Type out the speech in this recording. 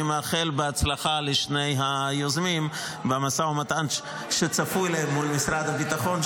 אני מאחל הצלחה לשני היוזמים במשא ומתן שצפוי להם מול משרד הביטחון,